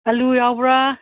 ꯑꯥꯂꯨ ꯌꯥꯎꯕ꯭ꯔ